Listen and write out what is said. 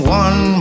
one